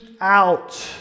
out